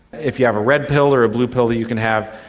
if you have a red pill or a blue pill that you can have,